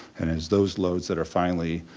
and it's those loads that are finally